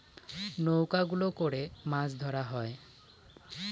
নৌকা গুলো করে মাছ ধরা হয়